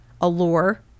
allure